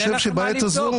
אין לכם מה לבדוק,